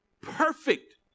Perfect